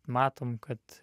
matom kad